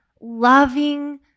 loving